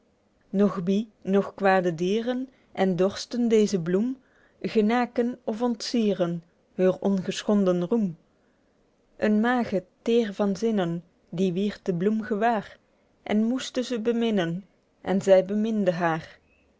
noch bie noch kwade dieren en dorsten deze bloem genaken of ontsieren heur ongeschonden roem een maged teêr van zinnen die wierd de bloem gewaer en moeste ze beminnen en zy beminde haer